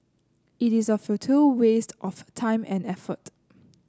it is a futile waste of time and effort